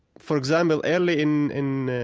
for example, early in in